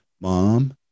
mom